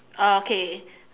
oh okay